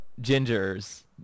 gingers